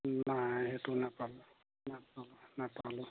নাই সেইটো নাপালোঁ নাপালোঁ নাপালোঁ